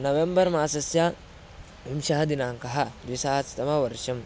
November मासस्य विंशः दिनाङ्कः द्विसहस्रतमवर्षम्